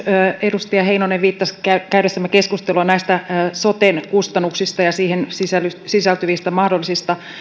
edustaja heinonen viittasi käydessämme keskustelua näistä soten kustannuksista ja niihin sisältyvistä mahdollisista